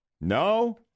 No